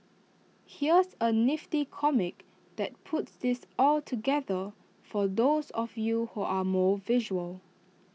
here's A nifty comic that puts this all together for those of you who are more visual